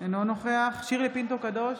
אינו נוכח שירלי פינטו קדוש,